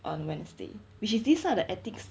on wednesday which is this ah the ethics